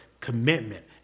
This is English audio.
commitment